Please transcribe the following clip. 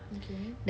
okay